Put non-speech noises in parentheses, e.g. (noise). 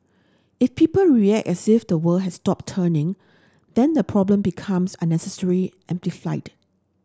if people (unintelligible) as if the world has stopped turning then the problem becomes unnecessary amplified